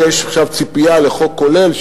אומנם יש עכשיו ציפייה לחוק כולל,